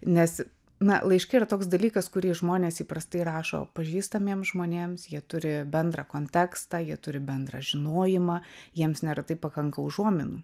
nes na laiške yra toks dalykas kurį žmonės įprastai rašo pažįstamiem žmonėms jie turi bendrą kontekstą jie turi bendrą žinojimą jiems neretai pakanka užuominų